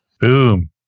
Boom